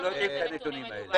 ואנחנו לא יודעים את הנתונים האלה.